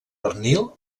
pernil